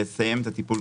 אציג.